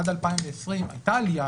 עד 2020 הייתה עלייה